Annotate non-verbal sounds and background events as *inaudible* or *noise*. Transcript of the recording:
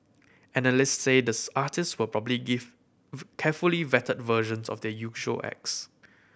analysts says the artist will probably give *unintelligible* carefully vetted versions of their usual acts